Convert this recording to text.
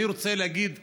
אני רוצה להגיד כאן,